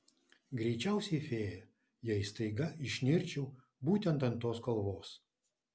greičiausiai fėja jei staiga išnirčiau būtent ant tos kalvos